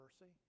mercy